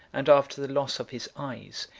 and after the loss of his eyes,